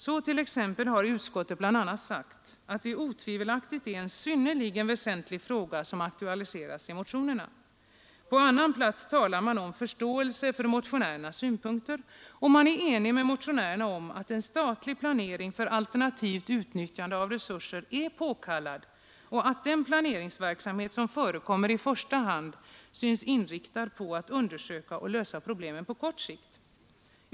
Så har utskottet t.ex. sagt, att det otvivelaktigt är en synnerligen väsentlig fråga som aktualiserats i motionerna. På annan plats talar man om förståelse för motionärernas synpunkter, och man är enig med motionärerna om att en statlig planering för alternativt utnyttjande av resurser är påkallad samt att den planeringsverksamhet som förekommer i första hand synes inriktad på att undersöka och lösa problemen på kort sikt.